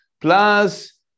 Plus